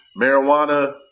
Marijuana